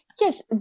yes